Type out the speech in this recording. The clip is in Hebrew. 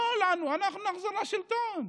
לא לנו, אנחנו נחזור לשלטון.